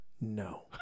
no